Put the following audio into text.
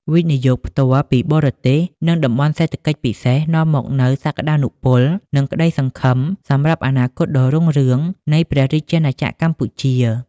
វិនិយោគផ្ទាល់ពីបរទេស និង តំបន់សេដ្ឋកិច្ចពិសេស នាំមកនូវសក្ដានុពល និងក្ដីសង្ឃឹមសម្រាប់អនាគតដ៏រុងរឿងនៃព្រះរាជាណាចក្រកម្ពុជា។